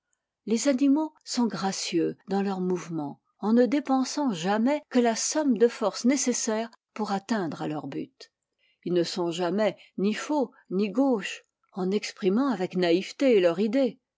les animaux sont gracieux dans leurs mouvements en ne dépensant jamais que la somme de force nécessaire pour atteindre à leur but ils ne sont jamais ni faux ni gauches en exprimant avec naïveté leur idée